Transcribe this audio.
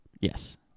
Yes